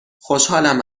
خوشحالم